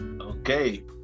Okay